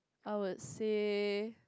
I would say